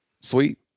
sweet